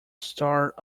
star